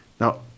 now